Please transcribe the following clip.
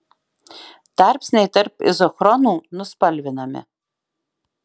tarpsniai tarp izochronų nuspalvinami